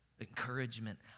encouragement